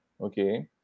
okay